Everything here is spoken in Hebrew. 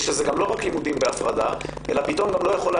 שזה לא רק לימודים בהפרדה אלא פתאום גם לא יכולות